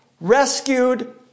rescued